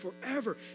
forever